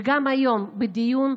וגם היום בדיון,